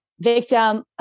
victim